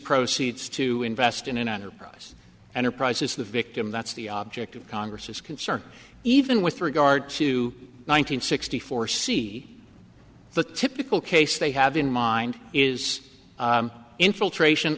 proceeds to invest in an enterprise enterprise is the victim that's the object of congress's concern even with regard to nine hundred sixty four c the typical case they have in mind is infiltration